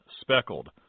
speckled